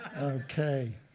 Okay